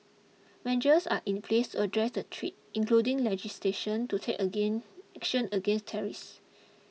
measures are in place address the threat including legislation to take again action against terrorists